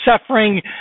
suffering